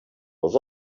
was